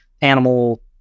animal